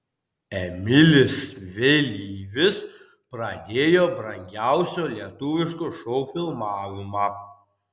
emilis vėlyvis pradėjo brangiausio lietuviško šou filmavimą